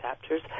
chapters